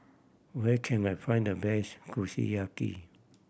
where can I find the best Kushiyaki